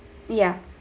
yeah